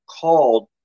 called